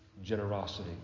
generosity